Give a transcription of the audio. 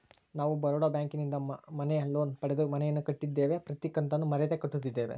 ನಾವು ಬರೋಡ ಬ್ಯಾಂಕಿನಿಂದ ಮನೆ ಲೋನ್ ಪಡೆದು ಮನೆಯನ್ನು ಕಟ್ಟಿದ್ದೇವೆ, ಪ್ರತಿ ಕತ್ತನ್ನು ಮರೆಯದೆ ಕಟ್ಟುತ್ತಿದ್ದೇವೆ